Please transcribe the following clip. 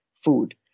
food